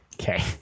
Okay